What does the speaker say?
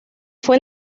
fue